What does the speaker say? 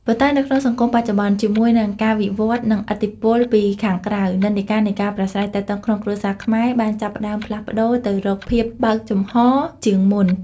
ប៉ុន្តែនៅក្នុងសង្គមបច្ចុប្បន្ន ជាមួយនឹងការវិវឌ្ឍន៍ និងឥទ្ធិពលពីខាងក្រៅ និន្នាការនៃការប្រាស្រ័យទាក់ទងក្នុងគ្រួសារខ្មែរបានចាប់ផ្ដើមផ្លាស់ប្តូរទៅរកភាព បើកចំហរ ជាងមុន។